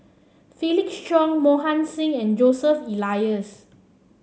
Felix Cheong Mohan Singh and Joseph Elias